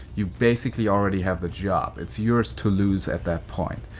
you've basically already have the job. it's yours to lose at that point.